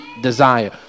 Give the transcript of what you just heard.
desire